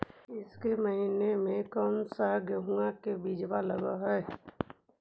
ईसके महीने मे कोन सा गेहूं के बीज लगे है?